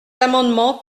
amendement